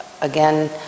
again